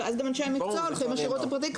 ואז גם אנשי המקצוע הולכים לשירות הפרטי,